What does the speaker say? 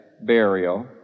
burial